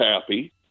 happy